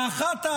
האחת,